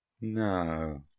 No